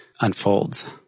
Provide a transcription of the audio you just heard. unfolds